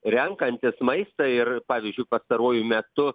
renkantis maistą ir pavyzdžiui pastaruoju metu